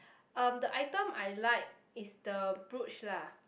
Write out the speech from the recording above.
um the item I like is the brooch lah